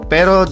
Pero